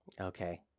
Okay